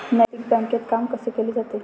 नैतिक बँकेत काम कसे केले जाते?